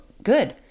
good